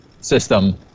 system